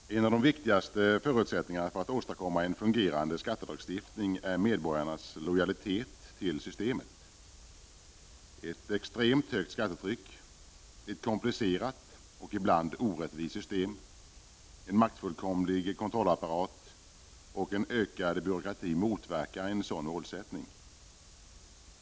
Herr talman! En av de vikigaste förutsättningarna för att åstadkomma en fungerande skattelagstiftning är medborgarnas lojalitet mot systemet. Ett extremt högt skattetryck, ett komplicerat och ibland orättvist system, en maktfullkomlig kontrollapparat och en ökad byråkrati motverkar en sådan målsättning.